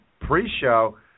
pre-show